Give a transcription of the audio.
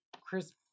Chris